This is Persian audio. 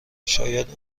شاید